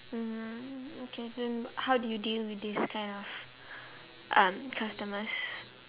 mm okay then how do you deal with this kind of um customers